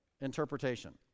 interpretation